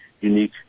unique